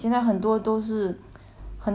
很难找 job eh 之类的东西